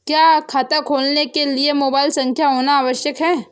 क्या खाता खोलने के लिए मोबाइल संख्या होना आवश्यक है?